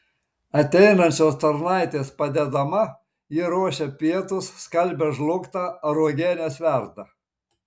ateinančios tarnaitės padedama ji ruošia pietus skalbia žlugtą ar uogienes verda